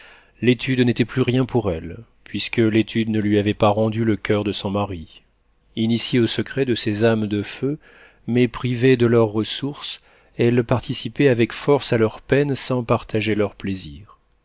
l'étude n'était plus rien pour elle puisque l'étude ne lui avait pas rendu le coeur de son mari initiée aux secrets de ces âmes de feu mais privée de leurs ressources elle participait avec force à leurs peines sans partager leurs plaisirs